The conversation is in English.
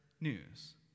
news